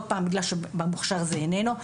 כי במוכשר זה איננו.